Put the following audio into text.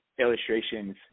illustrations